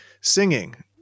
singing